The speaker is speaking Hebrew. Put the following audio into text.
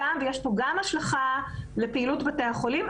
ויש פה גם השלכה לפעילות בתי החולים,